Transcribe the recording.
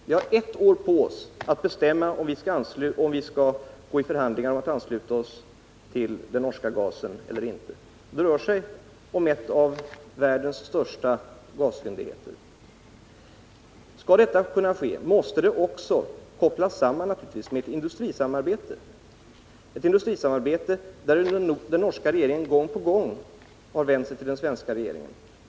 Vi har ett år på oss att bestämma om vi skall ta upp förhandlingar om en svensk anslutning till den norska gasfyndigheten eller inte. Det rör sig om en av världens största gasfyndigheter. Om detta skall kunna ske, måste det naturligtvis också sammankopplas med ett industrisamarbete, varom den norska regeringen gång på gång vänt sig till den svenska regeringen.